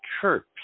chirps